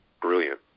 brilliant